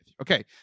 Okay